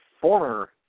former